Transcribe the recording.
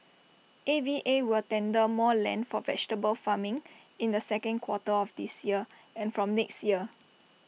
A V A will tender more land for vegetable farming in the second quarter of this year and from next year